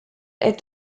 est